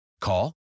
Call